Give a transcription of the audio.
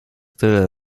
tyle